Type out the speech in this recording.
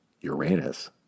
Uranus